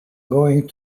going